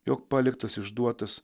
jog paliktas išduotas